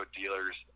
dealers